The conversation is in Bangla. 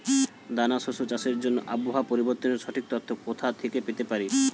দানা শস্য চাষের জন্য আবহাওয়া পরিবর্তনের সঠিক তথ্য কোথা থেকে পেতে পারি?